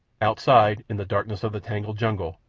outside, in the darkness of the tangled jungle,